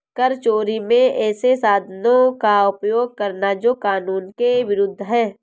कर चोरी में ऐसे साधनों का उपयोग करना जो कानून के विरूद्ध है